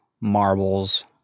marbles